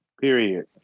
Period